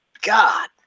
God